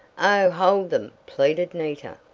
oh, hold them! pleaded nita.